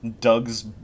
doug's